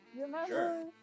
remember